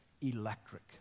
electric